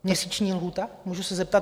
Měsíční lhůta, můžu se zeptat?